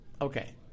Okay